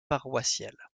paroissiale